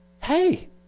Hey